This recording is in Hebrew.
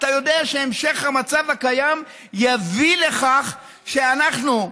אתה יודע שהמשך המצב הקיים יביא לכך שאנחנו,